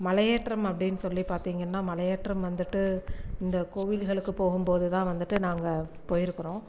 மலையேற்றம் அப்படின்னு சொல்லி பார்த்திங்கன்னா மலையேற்றம் வந்துட்டு இந்த கோவில்களுக்கு போகும்போது தான் வந்துட்டு நாங்கள் போயிருக்கிறோம்